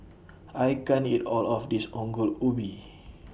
I can't eat All of This Ongol Ubi